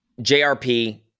JRP